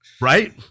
Right